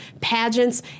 pageants